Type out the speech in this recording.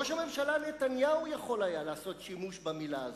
ראש הממשלה נתניהו יכול היה לעשות שימוש במלה הזאת,